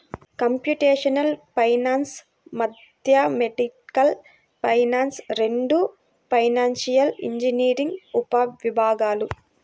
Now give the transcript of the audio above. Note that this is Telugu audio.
కంప్యూటేషనల్ ఫైనాన్స్, మ్యాథమెటికల్ ఫైనాన్స్ రెండూ ఫైనాన్షియల్ ఇంజనీరింగ్ ఉపవిభాగాలు